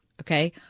Okay